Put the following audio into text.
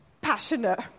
Passionate